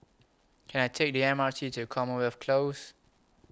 Can I Take The M R T to Commonwealth Close